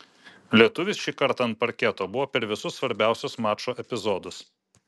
lietuvis šį kartą ant parketo buvo per visus svarbiausius mačo epizodus